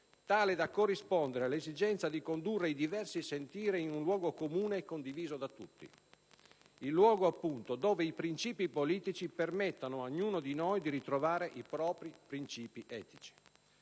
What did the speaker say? tale da corrispondere all'esigenza di condurre i diversi sentire in un luogo comune condiviso da tutti. Il luogo appunto dove i princìpi politici permettano a ognuno di noi di ritrovare i propri princìpi etici.